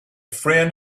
friend